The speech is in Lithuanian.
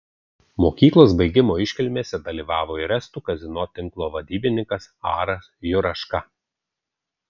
mokyklos baigimo iškilmėse dalyvavo ir estų kazino tinklo vadybininkas aras juraška